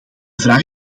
vraag